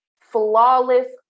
flawless